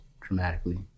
dramatically